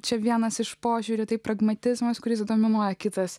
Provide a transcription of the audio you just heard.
čia vienas iš požiūrių tai pragmatizmas kuris dominuoja kitas